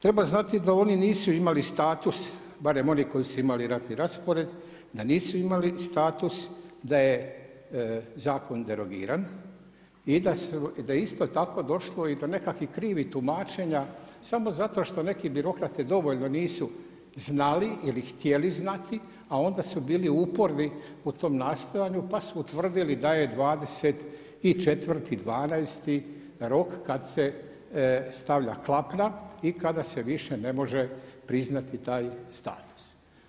Treba znati da oni nisu imali status, barem oni koji su imali ratni raspored, da nisu imali status, da je zakon derogiran i da je isto tako došlo do nekakvih krivi tumačenja, samo zato što je neki birokrati nisu dovoljno znali ili htjeli znati, a onda su bili uporni u tom nastojanju, pa su utvrdili da je 24.12. rok kad se stavlja klapra i kada se više ne može priznati taj status.